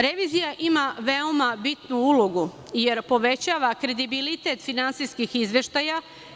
Revizija ima veoma bitnu ulogu, jer povećava kredibilitet finansijskih izveštaja.